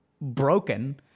broken